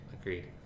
Agreed